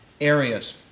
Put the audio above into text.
areas